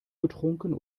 getrunken